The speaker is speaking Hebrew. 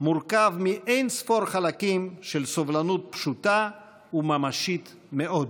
מורכב מאין-ספור חלקים של סובלנות פשוטה וממשית מאוד.